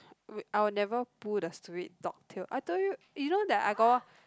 w~ I will never pull the stupid dog tail I told you you know that I got one